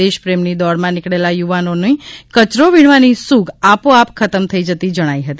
દેશપ્રેમની દોડમાં નીકળેલા યુવાનોની કચરો વિણવાની સૂગ આપોઆપ ખતમ થઇ જતી જણાઇ હતી